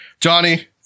johnny